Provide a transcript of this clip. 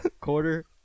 Quarter